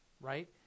Right